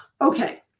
Okay